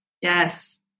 Yes